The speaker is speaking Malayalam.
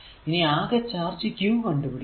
ഇനി അകെ ചാർജ് q കണ്ടുപിടിക്കണം